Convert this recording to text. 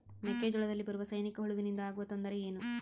ಮೆಕ್ಕೆಜೋಳದಲ್ಲಿ ಬರುವ ಸೈನಿಕಹುಳುವಿನಿಂದ ಆಗುವ ತೊಂದರೆ ಏನು?